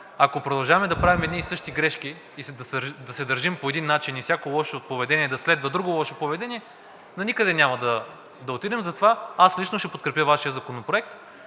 ако продължаваме да правим едни и същи грешки и да се държим по един начин и всяко лошо поведение да следва друго лошо поведение, доникъде няма да отидем. Затова аз лично ще подкрепя Вашия законопроект,